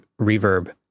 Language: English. reverb